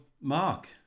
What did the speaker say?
Mark